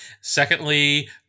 Secondly